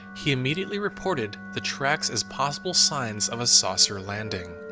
he immediately reported the tracks as possible signs of a saucer landing.